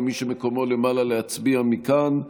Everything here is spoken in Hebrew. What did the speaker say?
למי שמקומו למעלה להצביע מכאן.